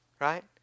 right